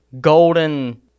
golden